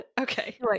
okay